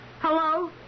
Hello